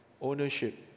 ownership